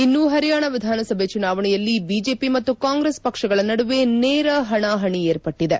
ಇನ್ನು ಹರಿಯಾಣ ವಿಧಾನಸಭೆ ಚುನಾವಣೆಯಲ್ಲಿ ಬಿಜೆಪಿ ಮತ್ತು ಕಾಂಗ್ರೆಸ್ ಪಕ್ಷಗಳ ನಡುವೆ ನೇರ ಹಣಾಹಣಿ ಏರ್ಪಟ್ಲದೆ